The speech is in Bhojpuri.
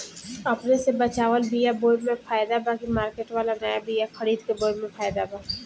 अपने से बचवाल बीया बोये मे फायदा बा की मार्केट वाला नया बीया खरीद के बोये मे फायदा बा?